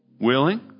Willing